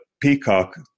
Peacock